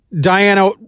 Diana